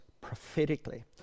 prophetically